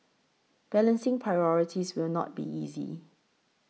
balancing priorities will not be easy